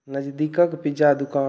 नजदीकक पिज्जा दोकान